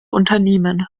unternehmen